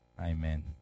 Amen